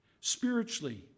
Spiritually